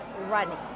running